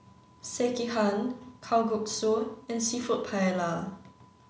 Sekihan Kalguksu and Seafood Paella